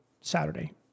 Saturday